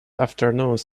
afternoons